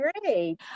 great